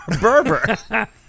Berber